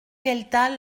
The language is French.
gueltas